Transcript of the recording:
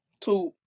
two